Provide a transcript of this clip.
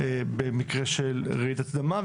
במקרה של רעידת אדמה.